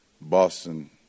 Boston